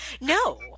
No